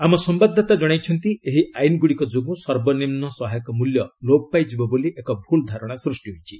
ଆମ ସମ୍ଭାଦଦାତା ଜଶାଇଛନ୍ତି ଏହି ଆଇନଗୁଡ଼ିକ ଯୋଗୁଁ ସର୍ବନିମ୍ନ ସହାୟକ ମୂଲ୍ୟ ଲୋପ ପାଇଯିବ ବୋଲି ଏକ ଭୁଲ୍ ଧାରଣା ସ୍ପଷ୍ଟି ହୋଇଛି